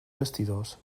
vestidors